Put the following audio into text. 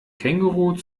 känguruh